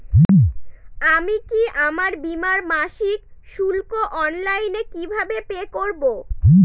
আমি কি আমার বীমার মাসিক শুল্ক অনলাইনে কিভাবে পে করব?